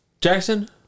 Jackson